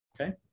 Okay